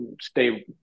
stay